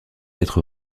être